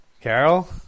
Carol